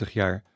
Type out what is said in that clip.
jaar